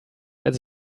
als